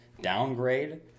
downgrade